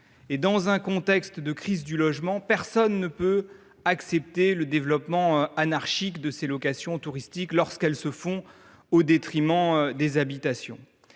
Dans un contexte de crise du logement, personne ne peut accepter le développement anarchique de ces locations touristiques, lorsque celui ci se produit au détriment du parc